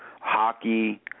hockey